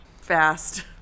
fast